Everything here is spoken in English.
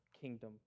kingdom